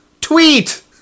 tweet